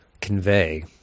convey